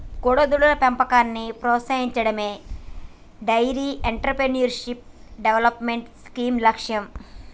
కోడెదూడల పెంపకాన్ని ప్రోత్సహించడమే డెయిరీ ఎంటర్ప్రెన్యూర్షిప్ డెవలప్మెంట్ స్కీమ్ లక్ష్యం